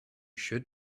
should